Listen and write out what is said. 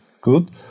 good